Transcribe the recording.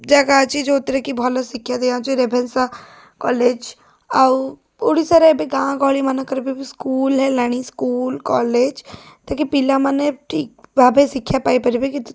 ଜାଗା ଅଛି ଯେଉଁଥିରେକି ଭଲ ଶିକ୍ଷା ଦିଆଯାଉଛି ରେଭେନ୍ସା କଲେଜ ଆଉ ଓଡ଼ିଶାରେ ଏବେ ଗାଁ ଗହଳିମାନଙ୍କରେ ଏବେ ବି ସ୍କୁଲ୍ ହେଇଗଲାଣି ସ୍କୁଲ୍ କଲେଜ୍ ଯାହାକି ପିଲାମାନେ ଠିକ ଭାବେ ଶିକ୍ଷା ପାଇପାରିବେ କିନ୍ତୁ